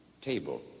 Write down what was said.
table